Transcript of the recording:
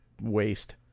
waste